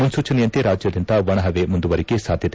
ಮುನ್ಲೂಚನೆಯಂತೆ ರಾಜ್ಕಾದ್ಯಂತ ಒಣ ಪವೆ ಮುಂದುವರಿಕೆ ಸಾಧ್ಯತೆ